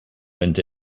into